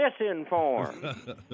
misinformed